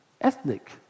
ethnic